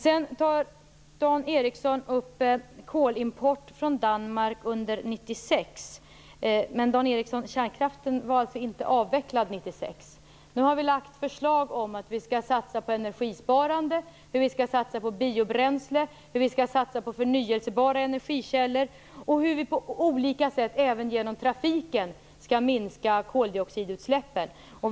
Dan Ericsson tar upp kolimport från Danmark under 1996. Men, Dan Ericsson, kärnkraften var inte avvecklad då. Nu har vi lagt fram förslag om hur vi skall satsa på energisparande, biobränsle, förnybara energikällor och även trafiken för att på olika sätt minska koldioxidutsläppen.